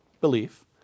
belief